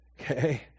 Okay